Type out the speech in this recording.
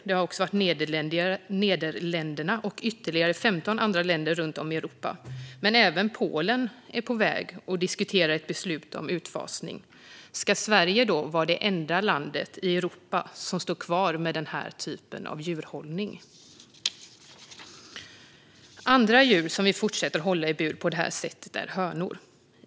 Det har också varit Nederländerna och ytterligare 15 andra länder runt om i Europa. Men även Polen är på väg att diskutera ett beslut om utfasning. Ska Sverige då vara det enda land i Europa som står kvar med den här typen av djurhållning? Andra djur som vi fortsätter hålla i bur på det här sättet är hönor.